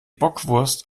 bockwurst